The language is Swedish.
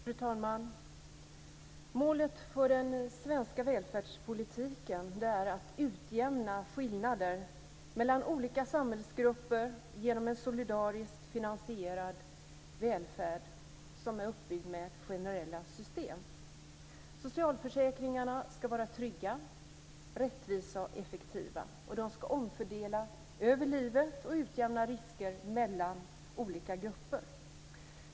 Fru talman! Målet för den svenska välfärdspolitiken är att utjämna skillnader mellan olika samhällsgrupper genom en solidariskt finansierad välfärd som är uppbyggd med generella system. Socialförsäkringarna ska vara trygga, rättvisa och effektiva. De ska omfördela över livet och utjämna risker mellan olika grupper.